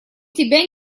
тебя